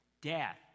Death